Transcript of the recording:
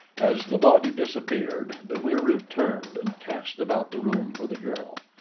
as the body disappeared, the wieroo turned and cast about the room for the girl.